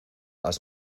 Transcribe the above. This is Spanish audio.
has